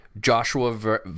Joshua